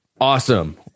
awesome